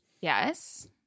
Yes